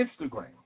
Instagram